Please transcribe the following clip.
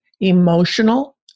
emotional